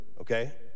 okay